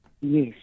Yes